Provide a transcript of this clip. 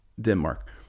Denmark